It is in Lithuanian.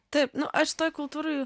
taip nu aš toj kultūroj